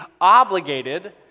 obligated